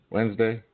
Wednesday